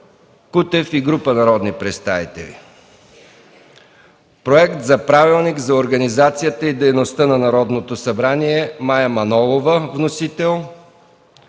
Кутев и група народни представители. 18. Проект за Правилник за организацията и дейността на Народното събрание. Вносител